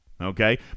okay